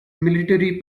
military